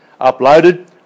uploaded